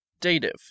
Dative